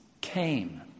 came